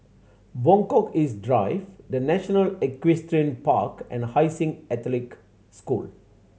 Buangkok East Drive The National Equestrian Park and Hai Sing Catholic School